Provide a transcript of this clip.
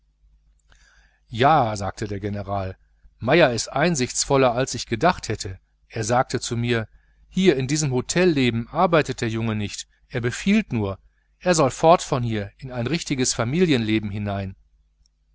ja sagte der general der hotelier ist einsichtsvoller als ich gedacht hätte er sagte zu mir hier in diesem hotelleben arbeitet der junge nicht er kommandiert nur er soll fort von hier in ein richtiges familienleben hinein